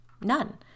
None